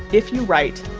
if you write,